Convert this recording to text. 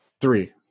Three